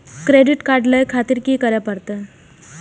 Credit card ले खातिर की करें परतें?